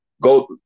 Go